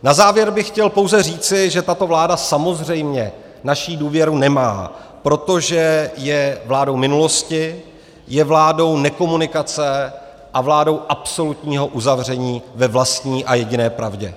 Na závěr bych chtěl pouze říci, že tato vláda samozřejmě naši důvěru nemá, protože je vládou minulosti, je vládou nekomunikace a vládou absolutního uzavření ve vlastní a jediné pravdě.